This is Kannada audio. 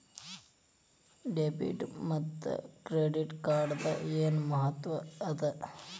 ಡೆಬಿಟ್ ಮತ್ತ ಕ್ರೆಡಿಟ್ ಕಾರ್ಡದ್ ಏನ್ ಮಹತ್ವ ಅದ?